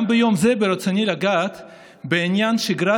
גם ביום זה ברצוני לגעת בעניין שגרת